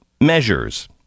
measures